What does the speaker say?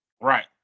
Right